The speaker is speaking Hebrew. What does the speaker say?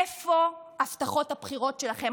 איפה הבטחות הבחירות שלכם?